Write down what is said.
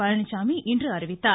பழனிசாமி இன்று அறிவித்தார்